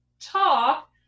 talk